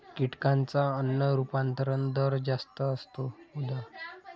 कीटकांचा अन्न रूपांतरण दर जास्त असतो, उदा